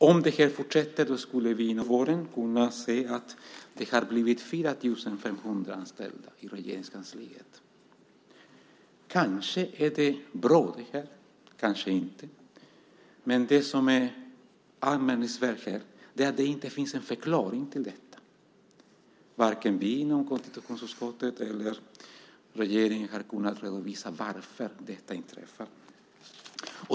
Om detta fortsätter skulle vi inom de kommande tolv åren kunna se att det har blivit 4 500 anställda i Regeringskansliet. Kanske är det bra, kanske inte. Det som är anmärkningsvärt här är att det inte finns en förklaring till detta. Varken vi inom konstitutionsutskottet eller regeringen har kunnat redovisa varför detta har inträffat.